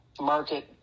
market